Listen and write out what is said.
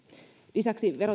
lisäksi